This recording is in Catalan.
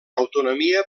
autonomia